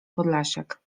podlasiak